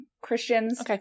Christians